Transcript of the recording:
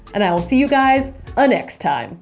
and i will see you guys ah next time